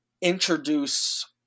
introduce